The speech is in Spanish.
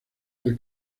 del